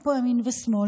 אין פה ימין ושמאל,